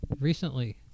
recently